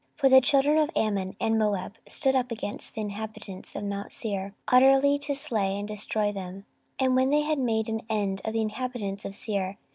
for the children of ammon and moab stood up against the inhabitants of mount seir, utterly to slay and destroy them and when they had made an end of the inhabitants of seir,